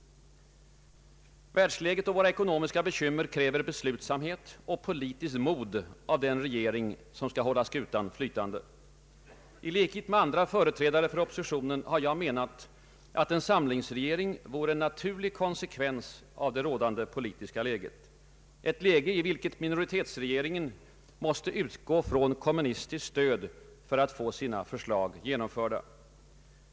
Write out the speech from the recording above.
Världsläget och våra ekonomiska bekymmer kräver beslutsamhet och politiskt mod av den regering, som skall hålla skutan flytande. I likhet med andra företrädare för oppositionen har jag menat, att en samlingsregering vore en naturlig konsekvens av det rådande politiska läget, ett läge i vilket minori tetsregeringen måste utgå från kommunistiskt stöd för att få sina förslag genomförda.